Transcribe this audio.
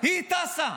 היא טסה,